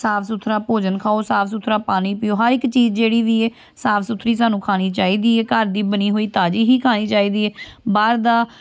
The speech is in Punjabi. ਸਾਫ ਸੁਥਰਾ ਭੋਜਨ ਖਾਉ ਸਾਫ ਸੁਥਰਾ ਪਾਣੀ ਪੀਉ ਹਰ ਇੱਕ ਚੀਜ਼ ਜਿਹੜੀ ਵੀ ਹੈ ਸਾਫ ਸੁਥਰੀ ਸਾਨੂੰ ਖਾਣੀ ਚਾਹੀਦੀ ਹੈ ਘਰ ਦੀ ਬਣੀ ਹੋਈ ਤਾਜ਼ੀ ਹੀ ਖਾਣੀ ਚਾਹੀਦੀ ਹੈ ਬਾਹਰ ਦਾ